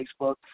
Facebook